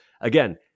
again